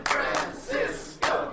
Francisco